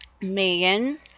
megan